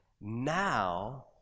now